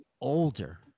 older